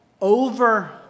over